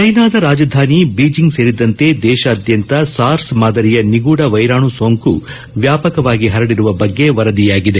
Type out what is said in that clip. ಚೀನಾದ ರಾಜಧಾನಿ ಬೀಜಿಂಗ್ ಸೇರಿದಂತೆ ದೇಶಾದ್ಯಂತ ಸಾರ್ಸ್ ಮಾದರಿಯ ನಿಗೂಢ ವೈರಾಣು ಸೋಂಕು ವ್ಯಾಪಕವಾಗಿ ಹರಡಿರುವ ಬಗ್ಗೆ ವರದಿಯಾಗಿದೆ